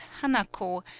Hanako